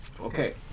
Okay